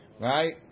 right